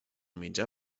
mitjà